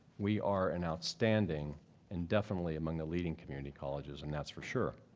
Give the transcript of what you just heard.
we are an outstanding and definitely among the leading community colleges, and that's for sure.